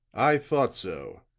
i thought so,